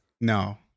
no